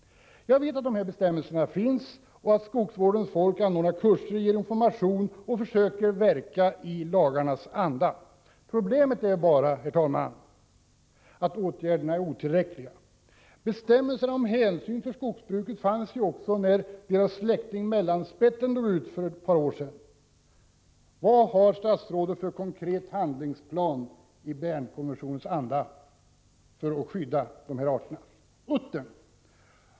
Jag vet att de bestämmelserna finns och att skogsvårdens folk anordnar kurser, ger information och försöker verka i lagarnas anda. Problemet är bara, herr talman, att åtgärderna är otillräckliga. Bestämmelserna om hänsyn i samband med skogsbruket fanns ju också när mellanspetten, en släkting till de nu utrotningshotade arterna, dog ut för ett par år sedan. Vad har statsrådet för konkret handlingsplan i Bernkonventionens anda för att skydda dessa arter?